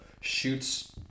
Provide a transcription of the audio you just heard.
shoots